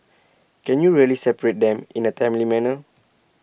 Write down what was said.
can you really separate them in A timely manner